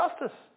justice